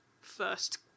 first